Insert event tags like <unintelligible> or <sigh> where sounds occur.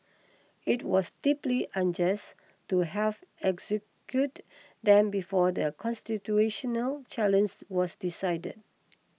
it was deeply unjust to have executed them before the constitutional <unintelligible> was decided